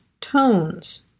tones